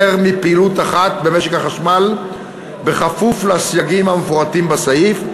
מפעילות אחת במשק החשמל כפוף לסייגים המפורטים בסעיף,